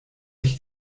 ich